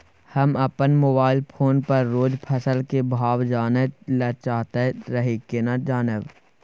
हम अपन mobile phone पर रोज फसल के भाव जानय ल चाहैत रही केना जानब?